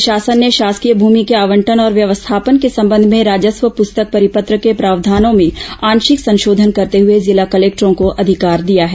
राज्य शासन ने शासकीय भूमि के आवंटन और व्यवस्थापन के संबंध में राजस्व प्रस्तक परिपत्र के प्रावधानों में आंशिक संशोधन करते हुए जिला कलेक्टरों को अधिकार दिया है